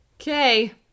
okay